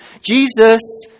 Jesus